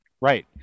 right